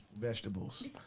vegetables